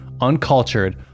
uncultured